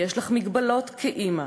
'יש לך מגבלות כאימא',